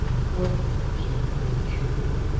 quite well, said harry, cheerfully.